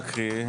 נקריא,